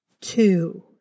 two